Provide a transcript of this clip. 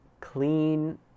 clean